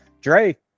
Dre